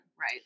right